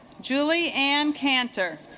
julie and cancer